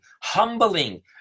humbling